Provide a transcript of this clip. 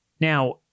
Now